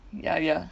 ya ya